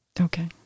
Okay